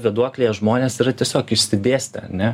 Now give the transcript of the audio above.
vėduoklėje žmonės yra tiesiog išsidėstę ane